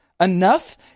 enough